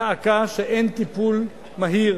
דא עקא שאין טיפול מהיר